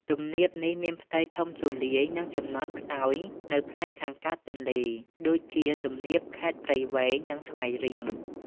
ទំនាបនេះមានផ្ទៃធំទូលាយ និងចំណោតខ្សោយនៅផ្នែកខាងកើតទន្លេ ដូចជាទំនាបខេត្តព្រៃវែង និងស្វាយរៀង។